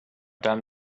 done